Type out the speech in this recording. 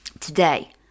Today